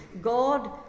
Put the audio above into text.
God